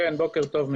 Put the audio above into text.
בוקר טוב, מיקי.